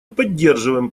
поддерживаем